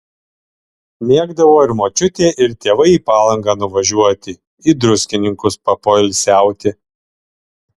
mėgdavo ir močiutė ir tėvai į palangą nuvažiuoti į druskininkus papoilsiauti